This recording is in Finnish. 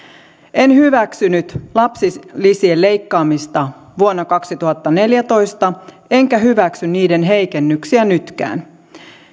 en hyväksynyt lapsilisien leikkaamista vuonna kaksituhattaneljätoista enkä hyväksy niiden heikennyksiä nytkään